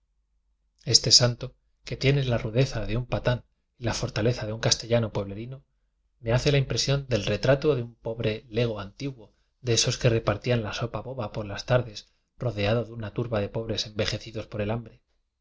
este santo que tiene la rudeza de un paíán y la fortaleza de un castellano puebleri no me hace la impresión del retrato de un pobre lego antiguo de esos que repartían la sopa boba por las tardes rodeado de una turba de pobres envejecidos por el hambre